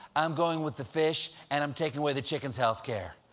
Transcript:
i'm going with the fish, and i'm taking away the chicken's healthcare